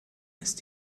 ist